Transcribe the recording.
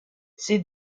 ces